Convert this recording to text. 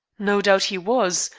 no doubt he was.